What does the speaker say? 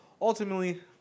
Ultimately